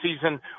season